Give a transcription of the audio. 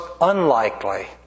unlikely